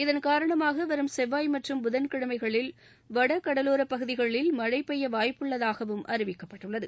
இதன் காரணமாக வரும் செவ்வாய் மற்றும் புதன்கிழமைகளில் வடகடவோரப் பகுதிகளில் மழை பெய்ய வாய்ப்பு உள்ளதாகவும் அறிவிக்கப்பட்டுள்ளது